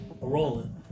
rolling